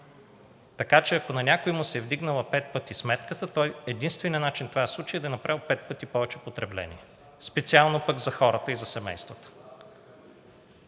Така че ако на някого му се е вдигнала пет пъти сметката, единственият начин това да се случи е да е направил пет пъти повече потребление. Специално пък за хората и за семействата